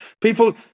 People